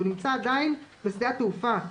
הוא נמצא עדיין בשדה התעופה.